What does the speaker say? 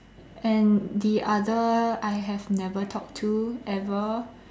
and the other I have never talked to ever